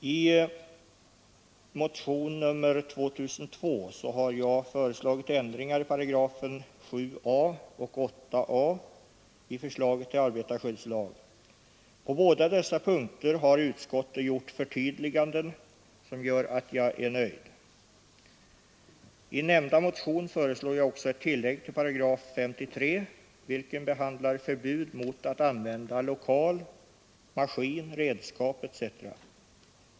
I motion nr 2002 har jag föreslagit ändringar i paragraferna 7 a och 8 a i förslaget till arbetarskyddslag. På båda dessa punkter har utskottet gjort förtydliganden som gör att jag är nöjd. I nämnda motion föreslår jag också ett tillägg till 53 §, vilken behandlar förbud mot att använda lokal, maskin, redskap etc.